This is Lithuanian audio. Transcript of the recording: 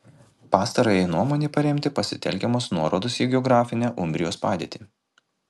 pastarajai nuomonei paremti pasitelkiamos nuorodos į geografinę umbrijos padėtį